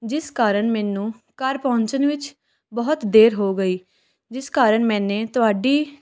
ਜਿਸ ਕਾਰਨ ਮੈਨੂੰ ਘਰ ਪਹੁੰਚਣ ਵਿੱਚ ਬਹੁਤ ਦੇਰ ਹੋ ਗਈ ਜਿਸ ਕਾਰਨ ਮੇਨੇ ਤੁਹਾਡੀ